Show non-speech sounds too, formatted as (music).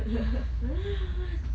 (laughs)